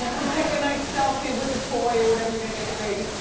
you take a nice selfie with the toy or whatever you're gonna get the baby.